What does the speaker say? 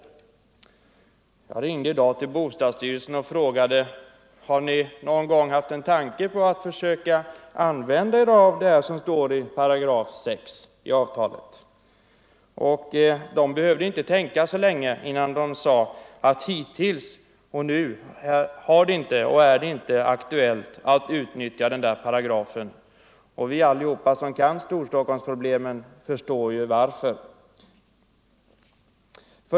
Jag ringde i dag till byggnadsstyrelsen och frågade: Har ni någon gång haft en tanke på att försöka utnyttja det som står i 6 § i avtalet? Man behövde inte tänka så länge innan man svarade: Hittills har det inte varit aktuellt att utnyttja denna paragraf. Alla vi som kan Stor stockholmsproblemen förstår varför!